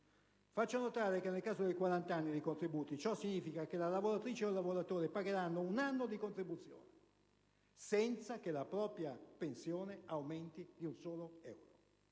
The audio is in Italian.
Faccio notare che, nel caso dei 40 anni di contributi, ciò significa che la lavoratrice o il lavoratore pagheranno un anno di contribuzione senza che la propria pensione aumenti di un solo euro.